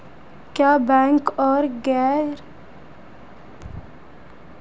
क्या बैंक और गैर बैंकिंग वित्तीय कंपनियां समान हैं?